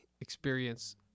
experience